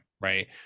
Right